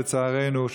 לצערנו,